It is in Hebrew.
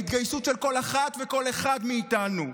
ההתגייסות של כל אחת וכל אחד מאיתנו,